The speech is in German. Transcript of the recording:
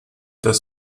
das